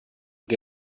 che